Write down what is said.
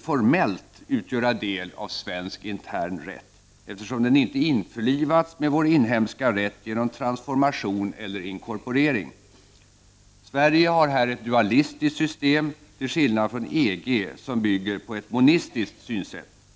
formellt utgöra del av svensk intern rätt, eftersom den inte införlivats med vår inhemska rätt genom transformation eller inkorporering. Sverige har här ett dualistiskt system, till skillnad från EG som bygger på ett monistiskt synsätt.